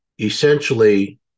Essentially